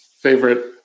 favorite